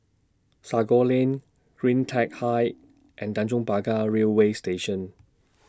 Sago Lane CleanTech Height and Tanjong Pagar Railway Station